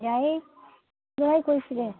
ꯌꯥꯏꯌꯦ ꯀꯔꯥꯏ ꯀꯣꯏꯁꯤꯒꯦ